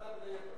זה החשוב.